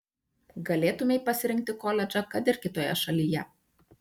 galėtumei pasirinkti koledžą kad ir kitoje šalyje